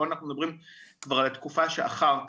פה אנחנו מדברים כבר על התקופה שאחר כך.